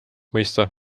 mõista